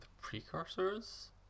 precursors